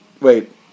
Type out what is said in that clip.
Wait